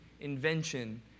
invention